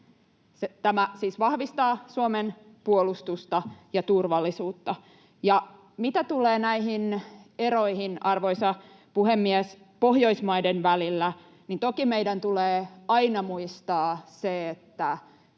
Tämä siis vahvistaa Suomen puolustusta ja turvallisuutta. Mitä tulee näihin eroihin Pohjoismaiden välillä, arvoisa puhemies, niin toki meidän tulee aina muistaa se, että